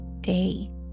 day